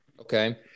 Okay